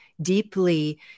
deeply